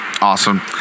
awesome